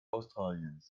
australiens